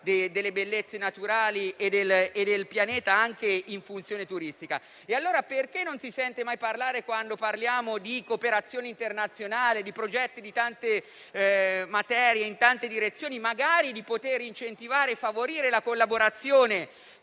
delle bellezze naturali e del pianeta anche in funzione turistica. Allora perché non si sente mai parlare, in tema di cooperazione internazionale, di progetti in tante materie e direzioni, magari incentivando e favorendo la collaborazione